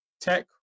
tech